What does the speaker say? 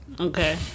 Okay